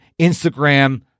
Instagram